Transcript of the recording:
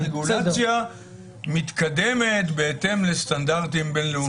רגולציה מתקדמת בהתאם לסטנדרטים בין-לאומיים.